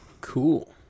Cool